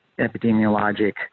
epidemiologic